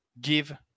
give